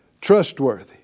Trustworthy